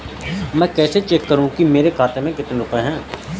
मैं कैसे चेक करूं कि मेरे खाते में कितने रुपए हैं?